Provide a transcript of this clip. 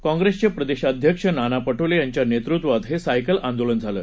काँग्रेसचे प्रदेशाध्यक्ष नाना पटोले यांच्या नेतृत्वात हे सायकल आंदोलन झालं